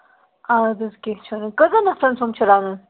اَدٕ حظ کیٚنٛہہ چھُنہٕ کٔژَن نفرَن سُنٛد چھُ رَنُن